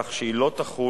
כך שהיא לא תחול